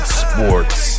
sports